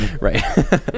right